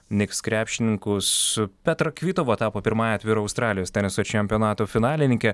niks krepšininkus petra kvitova tapo pirmąja atviro australijos teniso čempionato finalininke